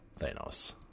Thanos